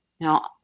Now